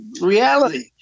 reality